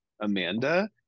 Amanda